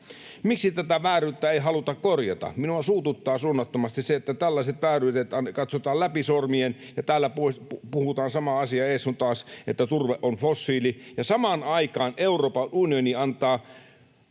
Miksi tätä vääryyttä ei haluta korjata? Minua suututtaa suunnattomasti se, että tällaiset vääryydet katsotaan läpi sormien. Täällä puhutaan sama asia ees sun taas, että turve on fossiili, ja samaan aikaan Euroopan unioni antaa